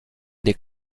des